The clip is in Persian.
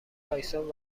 تایسون